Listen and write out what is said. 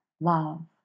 love